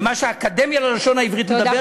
במה שהאקדמיה ללשון עברית מדברת,